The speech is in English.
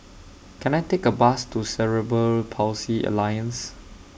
Can I Take A Bus to Cerebral Palsy Alliance